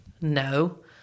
no